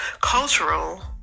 cultural